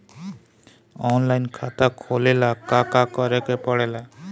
Online खाता खोले ला का का करे के पड़े ला?